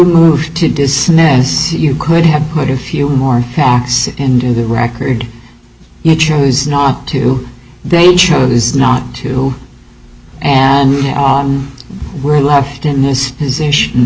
move to dismiss it you could have put a few more facts into the record you chose not to they chose not to and were left in this position